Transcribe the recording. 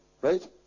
Right